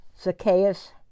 Zacchaeus